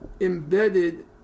embedded